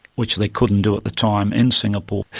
which they couldn't do at the time in singapore.